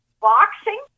boxing